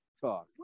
Talk